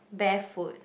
barefoot